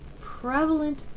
prevalent